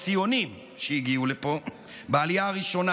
הציונים שהגיעו לפה בעלייה הראשונה,